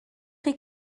chi